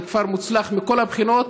זה כפר מוצלח מכל הבחינות,